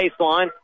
baseline